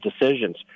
decisions